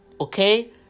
okay